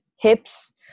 hips